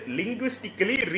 linguistically